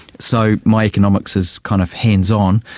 so my economics is kind of hands-on.